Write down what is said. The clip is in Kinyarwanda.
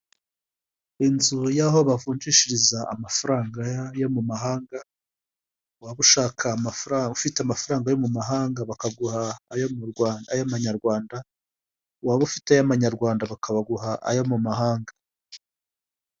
Inzu yaho bavunjishiriza amafaranga yo mu mahanga, waba ushaka amafaranga ufite amafaranga yo mu mahanga bakaguha ayo mu Rwanda ay'amanyarwanda, waba ufite ay'amanyarwanda bakabaguha ayo mu mahanga.